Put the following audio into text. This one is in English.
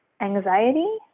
anxiety